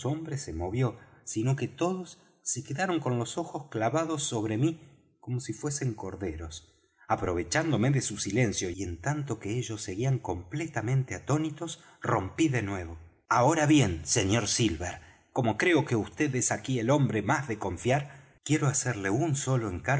se movió sino que todos se quedaron con los ojos clavados sobre mí como si fuesen corderos aprovechándome de su silencio y en tanto que ellos seguían contemplándome atónitos rompí de nuevo ahora bien sr silver como creo que vd es aquí el hombre más de confiar quiero hacerle un solo